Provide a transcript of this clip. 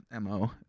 MO